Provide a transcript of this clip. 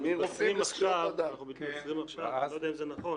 אנחנו מתבשרים עכשיו אני לא יודע אם זה נכון